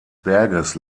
berges